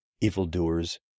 evildoers